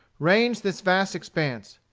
ranged this vast expanse,